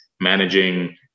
managing